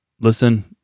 Listen